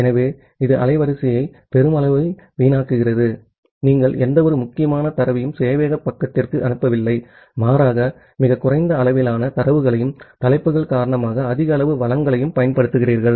ஆகவே இது அலைவரிசையை பெருமளவில் வீணாக்குகிறது நீங்கள் எந்தவொரு முக்கியமான தரவையும் சேவையக பக்கத்திற்கு அனுப்பவில்லை மாறாக நீங்கள் மிகக் குறைந்த அளவிலான தரவுகளையும் ஹெட்டெர்கள் காரணமாக அதிக அளவு வளங்களையும் பயன்படுத்துகிறீர்கள்